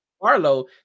Barlow